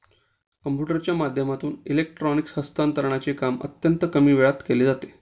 कम्प्युटरच्या माध्यमातून इलेक्ट्रॉनिक हस्तांतरणचे काम अत्यंत कमी वेळात केले जाते